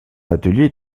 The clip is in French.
atelier